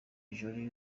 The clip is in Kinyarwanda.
jolie